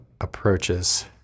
approaches